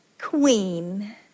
Queen